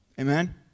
Amen